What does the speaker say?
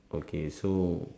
okay so